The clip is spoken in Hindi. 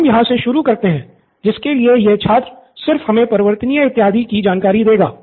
तो हम यहाँ से शुरू करते हैं जिसके लिए यह छात्र सिर्फ हमे परिवर्तनीय इत्यादि की जानकारी देगा